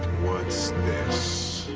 what's this?